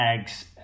eggs